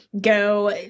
go